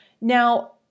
now